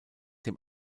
dem